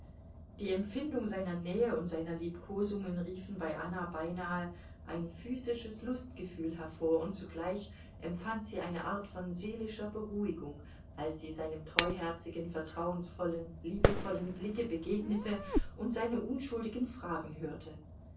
die empfindung seiner nähe und seine liebkosungen riefen bei anna beinahe ein physisches lustgefühl hervor und zugleich empfand sie eine art von seelischer beruhigung als sie seinem treuherzigen vertrauensvollen liebevollen blicke begegnete und seine unschuldigen fragen hörte